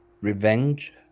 Revenge